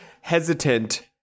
hesitant